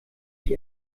mich